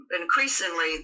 increasingly